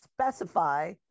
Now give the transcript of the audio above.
specify